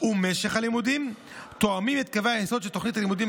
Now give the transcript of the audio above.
ומשך הלימודים תואמים את קווי היסוד של תוכנית הלימודים